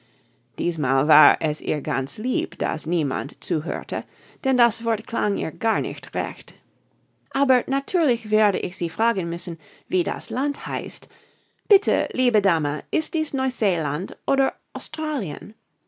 diesmal war es ihr ganz lieb daß niemand zuhörte denn das wort klang ihr gar nicht recht aber natürlich werde ich sie fragen müssen wie das land heißt bitte liebe dame ist dies neu seeland oder australien